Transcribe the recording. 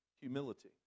humility